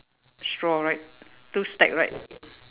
straw right two stack right